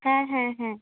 হ্যাঁ হ্যাঁ হ্যাঁ